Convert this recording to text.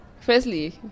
Firstly